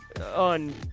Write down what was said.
on